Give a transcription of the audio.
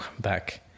back